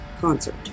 concert